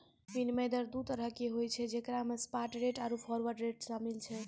विनिमय दर दु तरहो के होय छै जेकरा मे स्पाट रेट आरु फारवर्ड रेट शामिल छै